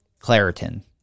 Claritin